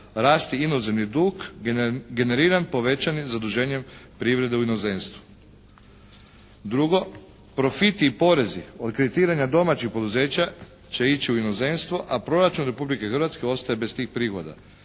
rasti inozemni dug generiram povećanim zaduženjem privrede u inozemstvu. Drugo, profiti i porezi od kreditiranja domaćih poduzeća će ići u inozemstvo, a proračun Republike Hrvatske ostaje bez tih prihoda.